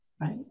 Right